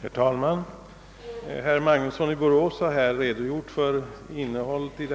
Herr talman! Herr Magnusson i Borås har nu redogjort för innehållet i